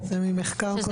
זה ממחקר קודם שלנו.